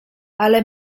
ale